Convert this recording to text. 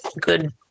good